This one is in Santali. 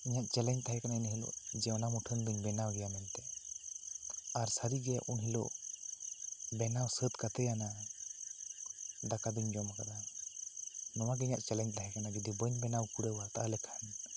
ᱤᱧᱟᱹᱜ ᱪᱮᱞᱮᱱᱡ ᱫᱚ ᱛᱟᱦᱮᱸ ᱠᱟᱱᱟ ᱤᱱᱟᱹ ᱦᱤᱞᱳᱜ ᱚᱱᱟ ᱢᱩᱴᱷᱟᱹᱱ ᱫᱚᱹᱧ ᱵᱮᱱᱟᱣ ᱜᱤᱭᱟ ᱢᱮᱱᱛᱮ ᱟᱨ ᱥᱟᱹᱨᱤ ᱜᱮ ᱩᱱᱦᱤᱞᱳᱜ ᱵᱮᱱᱟᱣ ᱥᱟᱹᱛ ᱠᱟᱛᱮᱭᱟᱱᱟ ᱫᱟᱠᱟ ᱫᱚᱹᱧ ᱡᱚᱢ ᱟᱠᱟᱫᱟ ᱱᱚᱣᱟ ᱜᱤ ᱤᱧᱟᱹᱜ ᱪᱮᱞᱮᱱᱡ ᱫᱚ ᱛᱟᱦᱮᱸ ᱠᱟᱱᱟ ᱡᱮ ᱡᱚᱫᱤ ᱵᱟᱹᱧ ᱵᱮᱱᱟᱣ ᱯᱩᱨᱟᱹᱣ ᱛᱟᱦᱚᱞᱮ ᱠᱷᱟᱱ